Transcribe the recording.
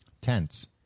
tense